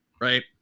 right